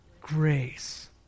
grace